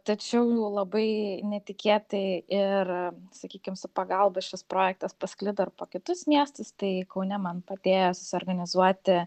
tačiau labai netikėtai ir sakykim su pagalba šis projektas pasklido ir po kitus miestus tai kaune man padėjo susiorganizuoti